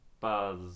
Buzz